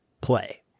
Play